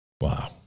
Wow